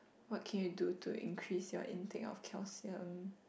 what can you do to increase your intake of calcium